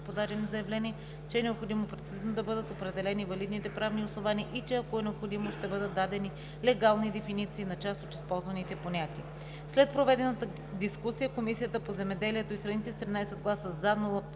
подадени заявления, че е необходимо прецизно да бъдат определени валидните правни основания и че ако е необходимо, ще бъдат дадени легални дефиниции на част от използваните понятия. След проведената дискусия Комисията по земеделието и храните с 13 гласа „за“, без